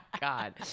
God